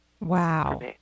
Wow